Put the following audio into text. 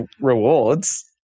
rewards